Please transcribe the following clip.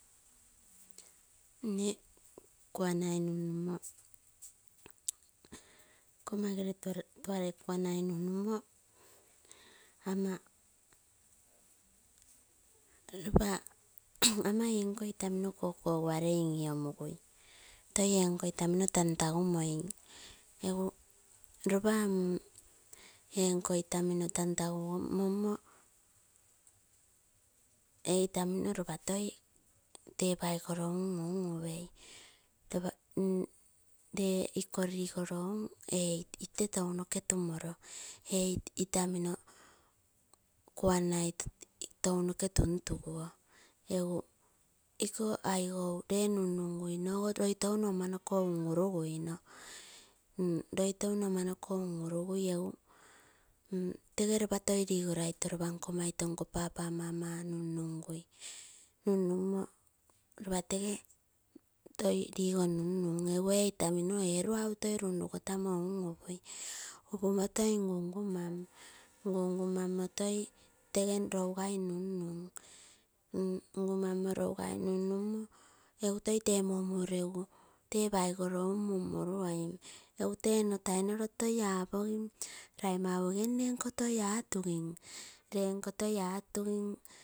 Nne kuanai nummumo nkoma gere tuare kaanai nun numo, ama ropa ankoo itamino kokogualei lolomugui toi enko itamino tagumoim. Egu ropa mm enkoo etamino tan tagumoro ee itamino ropa toi tee paigoro un unpa. Tee iko rigoro un ee itaa tounoke tumoro, ee itamino kunai tounoke tun tuguo egu iko aigou lee nun nagai nogo loi touno ama noko un uruguino. Loi touno ama noko un urugui egu tege ropa toi ligoraito nko paap, mama nun nungui, nun numo ropa tege toi ligoi nunnum egu ee itamino ee luau toi nun rugotamo ee un upui, upumo toi ngu nguman, mamo toi tege lougai nunnun, ngumamo longai nunnum, egu toi tee mmu legu tee paigoro mum muruoim nno tai noro toi apogim rai mau ege nneko toi atugim lee nko toi atugim.